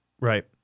Right